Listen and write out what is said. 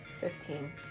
Fifteen